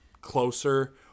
closer